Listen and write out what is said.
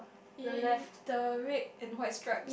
he the red and white stripe